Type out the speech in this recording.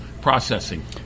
processing